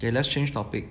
K let's change topic